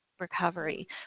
recovery